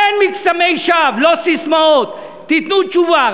אין מקסמי שווא, לא ססמאות, תיתנו תשובה.